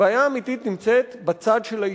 הבעיה העיקרית נמצאת בצד של ההשתתפות.